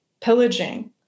pillaging